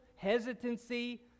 hesitancy